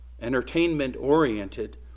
entertainment-oriented